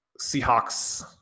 Seahawks